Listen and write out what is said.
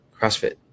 CrossFit